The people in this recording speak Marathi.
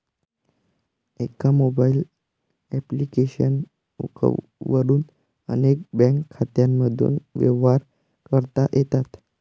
एका मोबाईल ॲप्लिकेशन वरून अनेक बँक खात्यांमधून व्यवहार करता येतात